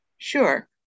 Sure